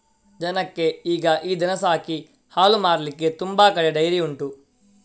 ಜನಕ್ಕೆ ಈಗ ಈ ದನ ಸಾಕಿ ಹಾಲು ಮಾರ್ಲಿಕ್ಕೆ ತುಂಬಾ ಕಡೆ ಡೈರಿ ಉಂಟು